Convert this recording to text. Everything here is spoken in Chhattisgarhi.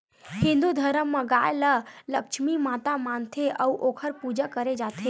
हिंदू धरम म गाय ल लक्छमी माता मानथे अउ ओखर पूजा करे जाथे